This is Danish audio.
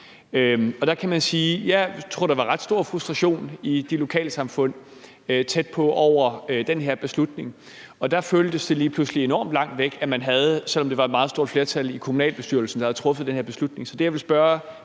byrådsmedlem. Jeg tror, der var ret stor frustration i de lokalsamfund, der ligger tæt på, over den her beslutning. Der føltes det lige pludselig enormt langt væk, selv om der var et meget stort flertal i kommunalbestyrelsen, der havde truffet den her beslutning. Så det, jeg vil spørge